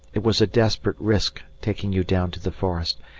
it was a desperate risk taking you down to the forest,